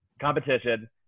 competition